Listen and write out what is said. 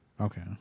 Okay